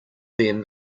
them